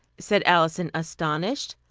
said alison, astonished.